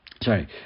Sorry